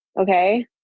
okay